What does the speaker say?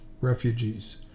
refugees